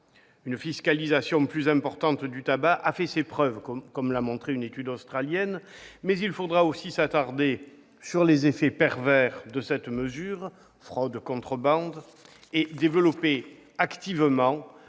Une fiscalisation plus importante du tabac a fait ses preuves, comme l'a montré une étude australienne, mais il faudra aussi s'attarder sur les effets pervers de cette mesure, qu'il s'agisse de la fraude ou de la contrebande, et développer activement